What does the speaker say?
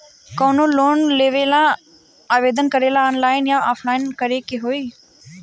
कवनो लोन लेवेंला आवेदन करेला आनलाइन या ऑफलाइन करे के होई?